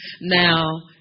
Now